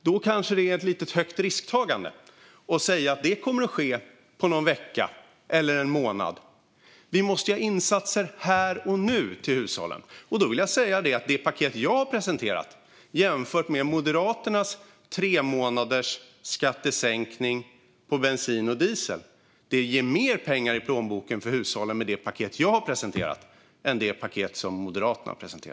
Det kanske är ett lite högt risktagande att säga att det kommer att ske på någon vecka eller en månad. Vi måste göra insatser här och nu för hushållen. Det paket jag har presenterat ger mer pengar i plånboken för hushållen än Moderaternas paket med en tremånadersskattesänkning på bensin och diesel.